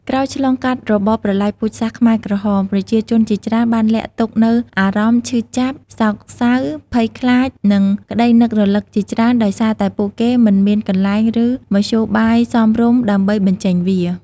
ក្រោយឆ្លងកាត់របបប្រល័យពូជសាសន៍ខ្មែរក្រហម ប្រជាជនជាច្រើនបានលាក់ទុកនូវអារម្មណ៍ ឈឺចាប់ សោកសៅ ភ័យខ្លាច និងក្តីនឹករលឹក ជាច្រើន ដោយសារតែពួកគេមិនមានកន្លែង ឬមធ្យោបាយសមរម្យដើម្បីបញ្ចេញវា។